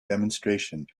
demonstration